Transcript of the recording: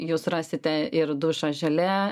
jūs rasite ir dušo želė